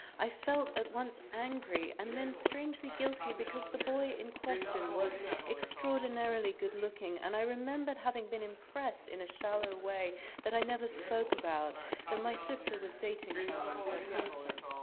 i felt at once angry and then strangely guilty because the boy in question was extraordinarily good-looking and i remembered having been impressed in a shallow way that i never spoke about that my sister was dating someone so handsome.